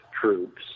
troops